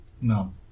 No